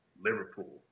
Liverpool